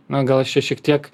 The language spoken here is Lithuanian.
na gal aš čia šiek tiek